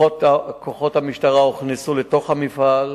כוחות המשטרה הוכנסו לתוך המפעל,